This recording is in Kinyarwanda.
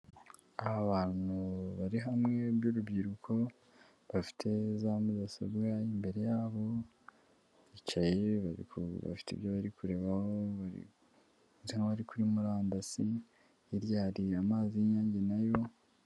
Abantu bari hamwe b'urubyiruko bafite za mudasobwa imbere yabo, bicaye bafite ibyo bari kurebaho basa nk'abari kuri murandasi, hirya amazi y'Inyange na yo.